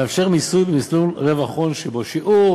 המאפשר מיסוי במסלול רווח הון שבו שיעור